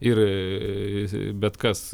ir bet kas